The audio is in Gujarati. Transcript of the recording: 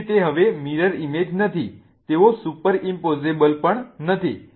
તેથી તે હવે મિરર ઇમેજ નથી તેઓ સુપર ઇમ્પોઝેબલ પણ નથી